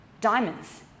diamonds